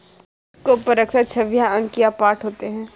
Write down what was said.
सिक्कों पर अक्सर छवियां अंक या पाठ होते हैं